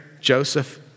Joseph